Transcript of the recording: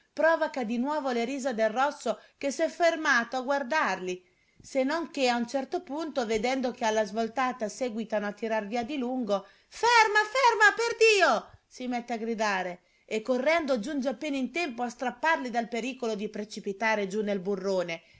provoca di nuovo le risa del rosso che s'è fermato a guardarli se non che a un certo punto vedendo che alla svoltata seguitano a tirar via di lungo ferma ferma perdio si mette a gridare e correndo giunge appena in tempo a strapparli dal pericolo di precipitare giù nel burrone